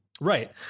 Right